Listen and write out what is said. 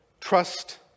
trust